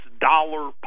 dollar